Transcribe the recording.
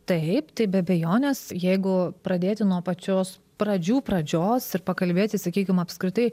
taip tai be abejonės jeigu pradėti nuo pačios pradžių pradžios ir pakalbėti sakykim apskritai